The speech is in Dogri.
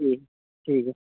ठीक ठीक ऐ